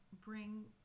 bring